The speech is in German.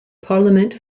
parlament